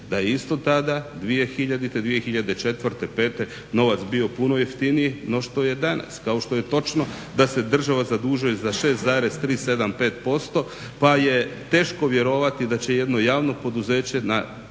da je isto tada 2000., 2004., 2005. novac bio puno jeftiniji no što je danas. Kao što je točno da se država zadužuje za 6,375% pa je teško vjerovati da će jedno javno poduzeće na